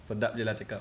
sedap je lah cakap